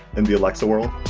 and the alexa world?